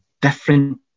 different